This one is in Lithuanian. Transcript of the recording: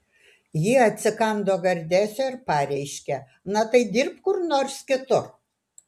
ji atsikando gardėsio ir pareiškė na tai dirbk kur nors kitur